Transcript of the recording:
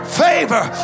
favor